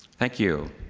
thank you.